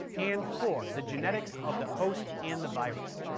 and four, the genetics of the host and the virus.